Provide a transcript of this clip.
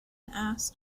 asked